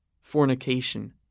fornication